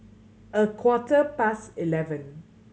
a quarter past eleven